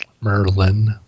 Merlin